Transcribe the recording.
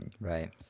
Right